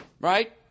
Right